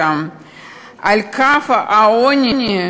על קו העוני,